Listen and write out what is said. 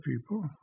people